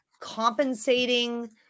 compensating